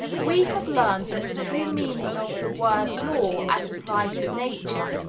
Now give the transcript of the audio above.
we have learned that the true meaning of the word law, as applied to nature,